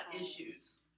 issues